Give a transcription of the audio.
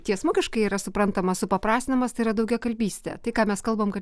tiesmukiškai yra suprantamas supaprastinamas tai yra daugiakalbystė tai ką mes kalbam kad